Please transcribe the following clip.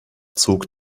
zog